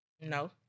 No